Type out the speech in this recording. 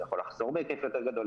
זה יכול לחזור בהיקף יותר גדול,